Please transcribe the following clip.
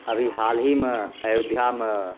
अभी हाल हीमे अयोध्यामे